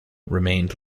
remained